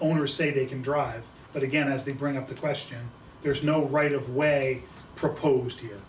owners say they can drive but again as they bring up the question there is no right of way proposed here